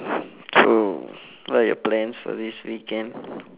so what are your plans this weekend